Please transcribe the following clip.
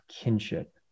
kinship